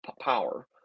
power